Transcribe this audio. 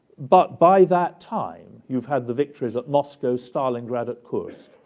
but by that time, you've had the victories at moscow's stalingrad at kursk.